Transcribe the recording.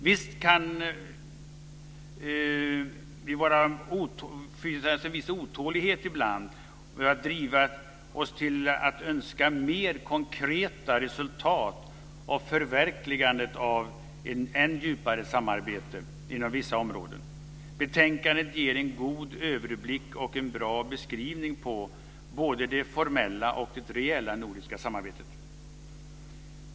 Visst kan det ibland finnas en viss otålighet som kan driva oss till att önska mer av konkreta resultat och av ett förverkligande av ett ännu djupare samarbete inom vissa områden. Betänkandet ger en god överblick och en bra beskrivning av både det formella och det reella nordiska samarbetet.